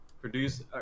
Produce